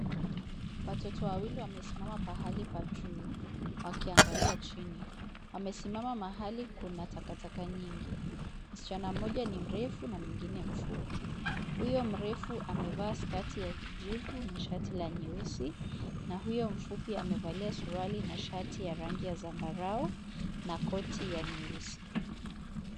Watoto wawili wamesimama pahali pa juu, wakiangalia chini. Wamesimama mahali kuna takataka nyingi. Msichana mmoja ni mrefu na mwingine mfupi . Huyo mrefu amevaa sketi ya kijivu na shati la nyeusi, na huyo mfupi amevalia suruali na shati ya rangi ya zambarau, na koti ya nyeusi.